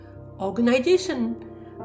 organization